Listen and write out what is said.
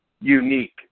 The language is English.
unique